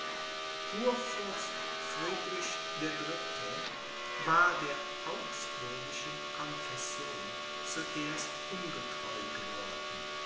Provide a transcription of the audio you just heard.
friedrich der dritte war der augsburgischen confession zuerst ungetreu geworden